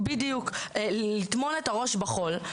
לטמון את הראש בחול,